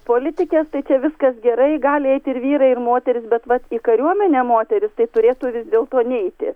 politikės tai čia viskas gerai gali eit ir vyrai ir moterys bet vat į kariuomenę moterys tai turėtų vis dėlto neiti